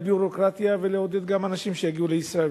ביורוקרטיה וגם לעידוד אנשים שיגיעו לישראל.